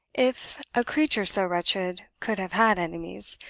if a creature so wretched could have had enemies,